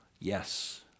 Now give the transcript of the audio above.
Yes